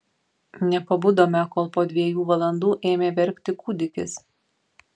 nepabudome kol po dviejų valandų ėmė verkti kūdikis